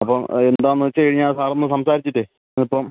അപ്പോൾ എന്താണെന്ന് വച്ച് കഴിഞ്ഞാൽ സാറൊന്ന് സംസാരിച്ചിട്ട് ഇപ്പം